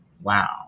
Wow